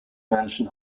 mansion